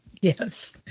Yes